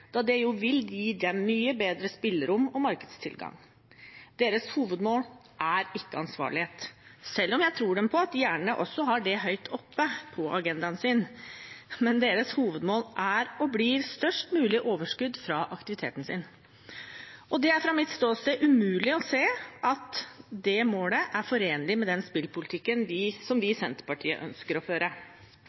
da det vil gi dem mye bedre spillerom og markedstilgang. Deres hovedmål er ikke ansvarlighet, selv om jeg tror dem på at de gjerne har det høyt oppe på agendaen. Deres hovedmål er og blir størst mulig overskudd fra aktiviteten sin, og det er fra mitt ståsted umulig å se at det målet er forenlig med den spillpolitikken som vi i Senterpartiet ønsker å føre.